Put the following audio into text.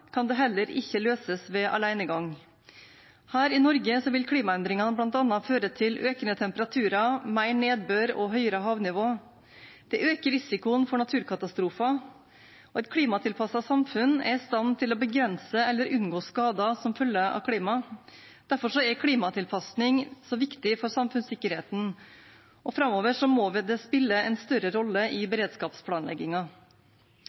kan det heller ikke løses ved alenegang. Her i Norge vil klimaendringene bl.a. føre til økende temperaturer, mer nedbør og høyere havnivå. Det øker risikoen for naturkatastrofer. Et klimatilpasset samfunn er i stand til å begrense eller unngå skader som følge av klima. Derfor er klimatilpasning så viktig for samfunnssikkerheten, og framover må det spille en større rolle i